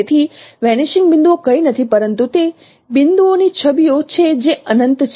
તેથી વેનીશિંગ બિંદુઓ કંઈ નથી પરંતુ તે બિંદુઓની છબીઓ છે જે અનંત છે